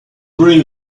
bring